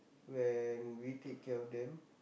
when we take care of them